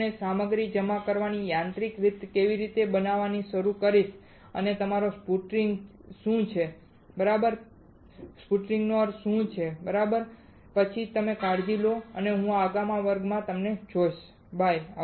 હું તમને સામગ્રી જમા કરવાની યાંત્રિક રીત બતાવવાનું શરૂ કરીશ અને તે તમારો સ્પુટરિંગ છે બરાબર સ્પુટરિંગ અર્થ શું છે બરાબર પછી તમે કાળજી લો હું તમને આગામી વર્ગમાં જોઈશ બાય